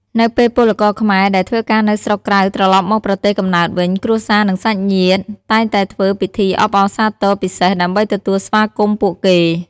នៅពេលពលករខ្មែរដែលធ្វើការនៅស្រុកក្រៅត្រឡប់មកប្រទេសកំណើតវិញ គ្រួសារ និងសាច់ញាតិតែងតែធ្វើពិធីអបអរសាទរពិសេស ដើម្បីទទួលស្វាគមន៍ពួកគេ។